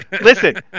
Listen